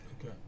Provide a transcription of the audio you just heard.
Okay